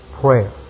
prayer